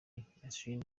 yeltsin